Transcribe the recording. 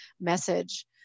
message